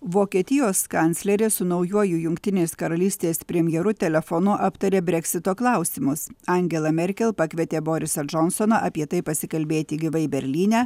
vokietijos kanclerė su naujuoju jungtinės karalystės premjeru telefonu aptarė breksito klausimus angela merkel pakvietė borisą džonsoną apie tai pasikalbėti gyvai berlyne